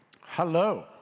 Hello